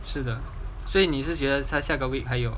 是的所以你是觉得他下个 week 还有